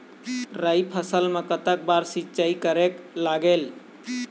राई फसल मा कतक बार सिचाई करेक लागेल?